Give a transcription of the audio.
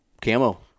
camo